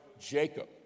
Jacob